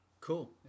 Cool